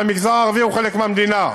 גם המגזר הערבי הוא חלק מהמדינה.